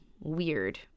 weird